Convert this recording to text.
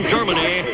Germany